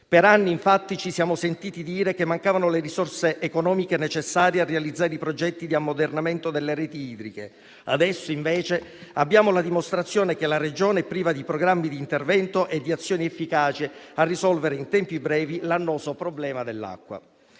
Per anni, infatti, ci siamo sentiti dire che mancavano le risorse economiche necessarie a realizzare i progetti di ammodernamento delle reti idriche. Adesso, invece, abbiamo la dimostrazione che la Regione è priva di programmi di intervento e di azione efficaci a risolvere in tempi brevi l'annoso problema dell'acqua.